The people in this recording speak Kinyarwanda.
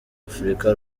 africa